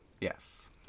yes